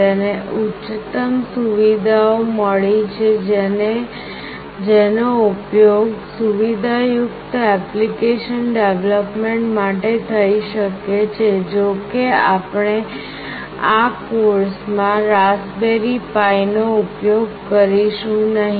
તેને ઉચ્ચતમ સુવિધાઓ મળી છે જેનો ઉપયોગ સુવિધાયુક્ત ઍપ્લિકેશન ડેવલપમેન્ટ માટે થઈ શકે છે જો કે આપણે આ કોર્સમાં Raspberry Pi નો ઉપયોગ કરીશું નહીં